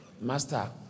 Master